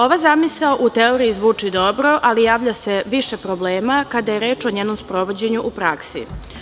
Ova zamisao u teoriji zvuči dobro, ali javlja se više problema kada je reč o njenom sprovođenju u praksi.